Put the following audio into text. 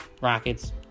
Rockets